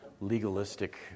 legalistic